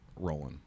rolling